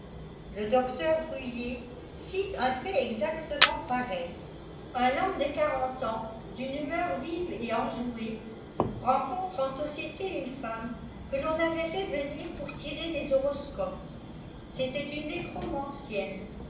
le docteur bruhier cite un fait exactement pareil un homme de quarante ans d'une humeur vive et enjouée rencontre en iodété une femme que ton avait fait venir pour tirer des horosc ea c'était une nécromancienne